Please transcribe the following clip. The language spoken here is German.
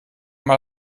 mal